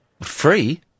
Free